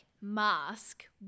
mask